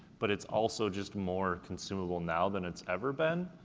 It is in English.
but it's also just more consumable now than it's ever been,